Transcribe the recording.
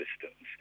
systems